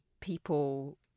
people